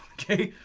okay,